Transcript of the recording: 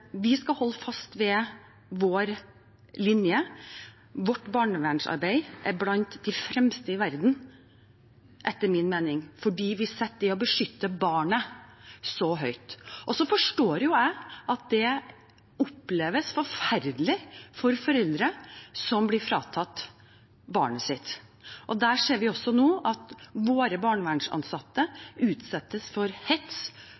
vi skal holde fast ved vår linje. Vårt barnevernsarbeid er etter min mening blant de fremste i verden fordi vi setter det å beskytte barnet så høyt. Jeg forstår at det oppleves forferdelig for foreldre som blir fratatt barnet sitt. Det vi også ser nå, er at våre barnevernsansatte utsettes for hets,